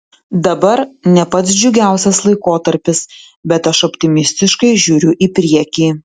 dabar ne pats džiugiausias laikotarpis bet aš optimistiškai žiūriu į priekį